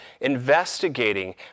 investigating